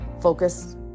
Focus